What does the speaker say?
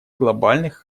глобальных